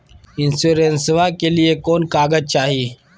इंसोरेंसबा के लिए कौन कागज चाही?